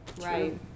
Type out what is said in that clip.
Right